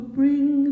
bring